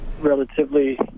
relatively